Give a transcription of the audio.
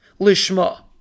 lishma